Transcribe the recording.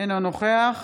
אינו נוכח